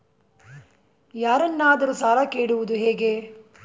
ಯಾರನ್ನಾದರೂ ಸಾಲ ಕೇಳುವುದು ಹೇಗೆ?